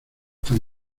tan